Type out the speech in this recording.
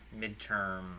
midterm